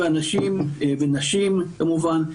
אנשים ונשים כמובן,